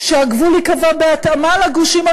שהגבול ייקבע בהתאמה לגושים.